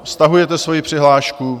Stahujete svoji přihlášku?